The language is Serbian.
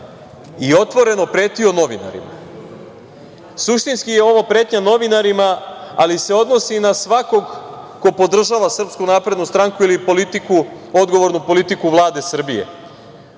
i otvoreno pretio novinarima. Suštinski je ovo pretnja novinarima, ali se odnosi na svakog ko podržava SNS ili odgovornu politiku Vlade Srbije,